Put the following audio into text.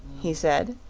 he said.